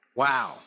wow